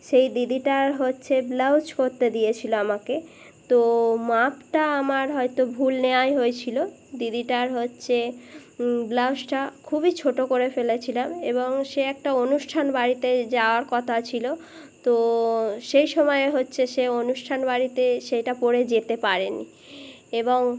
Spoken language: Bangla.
সেই দিদিটার হচ্ছে ব্লাউজ করতে দিয়েছিলো আমাকে তো মাপটা আমার হয়তো ভুল নেওয়াই হয়েছিলো দিদিটার হচ্ছে ব্লাউজটা খুবই ছোটো করে ফেলেছিলাম এবং সে একটা অনুষ্ঠান বাড়িতে যাওয়ার কথা ছিলো তো সেই সময়ে হচ্ছে সে অনুষ্ঠান বাড়িতে সেইটা পরে যেতে পারেন এবং